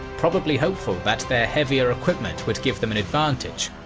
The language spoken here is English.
probably hopeful that their heavier equipment would give them an advantage.